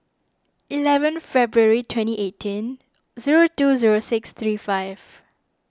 eleven February twenty eighteen zero two zero six three five